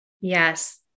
Yes